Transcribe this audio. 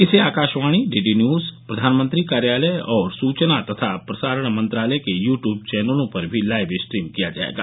इसे Akashvani DD News प्रधानमंत्री कार्यालय और सुचना तथा प्रसारण मंत्रालय के यूटूब चैनलों पर भी लाइव स्ट्रीम किया जायेगा